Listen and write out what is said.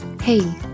Hey